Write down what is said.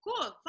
Cool